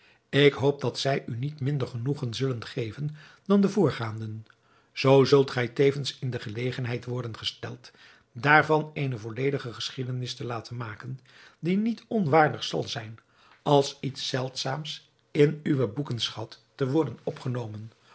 ik hoop dat zij u niet minder genoegen zullen geven dan de voorgaanden zoo zult gij tevens in de gelegenheid worden gesteld daarvan eene volledige geschiedenis te laten maken die niet onwaardig zal zijn als iets zeldzaams in uwen boekenschat te worden opgenomen